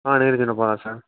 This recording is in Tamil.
ஆ நிரஞ்சன் அப்பா தான் சார்